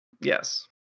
Yes